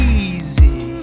easy